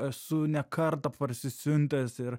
esu ne kartą parsisiuntęs ir